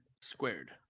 squared